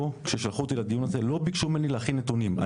כששלחו אותי לדיון הזה לא ביקשו ממני להכין נתונים.